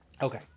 Okay